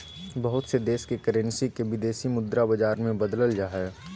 बहुत से देश के करेंसी के विदेशी मुद्रा बाजार मे बदलल जा हय